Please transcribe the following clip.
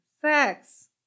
sex